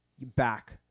back